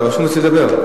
אתה רשום אצלי לדבר.